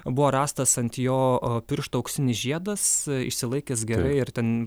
buvo rastas ant jo o piršto auksinis žiedas išsilaikęs gerai ir ten